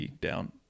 down